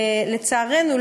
לצערנו,